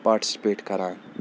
participate کَران